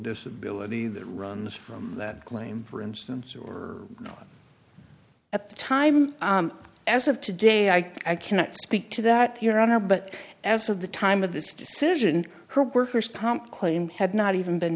disability that runs from that claim for instance or at the time as of today i cannot speak to that your honor but as of the time of this decision her worker's comp claim had not even been